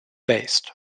based